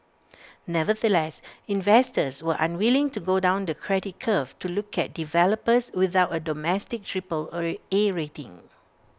nevertheless investors were unwilling to go down the credit curve to look at developers without A domestic triple A rating